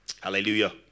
Hallelujah